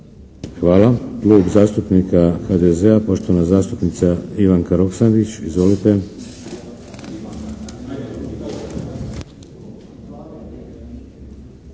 školu. Klub zastupnika SDP-a poštovana zastupnica Marija Lugarić. Izvolite.